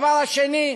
שנית,